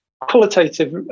qualitative